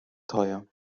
teuer